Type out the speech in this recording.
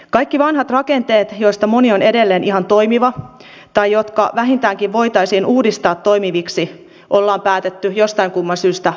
kaikki vanhat rakenteet joista moni on edelleen ihan toimiva tai jotka vähintäänkin voitaisiin uudistaa toimiviksi ollaan päätetty jostain kumman syystä romuttaa